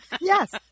Yes